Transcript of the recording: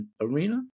arena